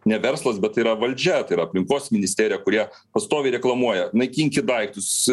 ne verslas bet tai yra valdžia tai yra aplinkos ministerija kurie pastoviai reklamuoja naikinkit daiktus